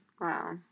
Wow